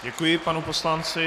Děkuji panu poslanci.